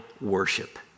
worship